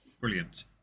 brilliant